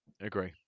Agree